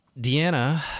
Deanna